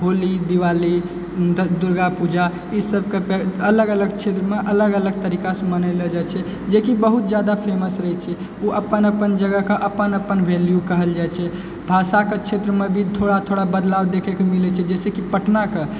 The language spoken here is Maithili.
होली दिवाली दुर्गापूजा ई सबके अलग अलग क्षेत्रमे अलग अलग तरीकासँ मनैलऽ जाइ छै जेकि बहुत ज्यादा फेमस होइ छै ओ अपन अपन जगहके अपन अपन वैल्यू कहल जाइ छै भाषाके क्षेत्रमे भी थोड़ा थोड़ा बदलाव देखैके मिलै छै जइसेकि पटनाके